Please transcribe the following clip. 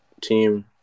team